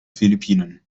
philippinen